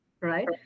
Right